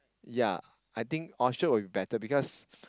yea I think Orchard will be better because